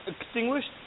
extinguished